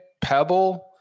Pebble